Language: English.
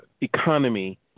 economy